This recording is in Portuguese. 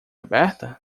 aberta